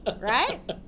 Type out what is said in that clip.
right